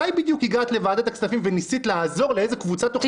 מתי בדיוק הגעת לוועדת הכספים וניסית לעזור לאיזו קבוצת